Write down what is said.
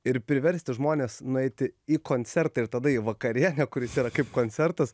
ir priversti žmones nueiti į koncertą ir tada į vakarienę kuris yra kaip koncertas